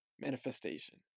Manifestation